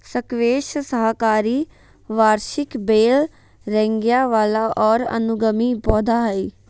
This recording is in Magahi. स्क्वैश साकाहारी वार्षिक बेल रेंगय वला और अनुगामी पौधा हइ